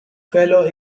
fellow